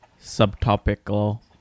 subtopical